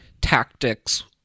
tactics